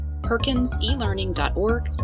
PerkinsElearning.org